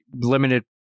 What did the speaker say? limited